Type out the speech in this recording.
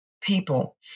people